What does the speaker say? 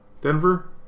Denver